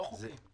לא חוקי.